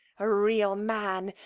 a real man,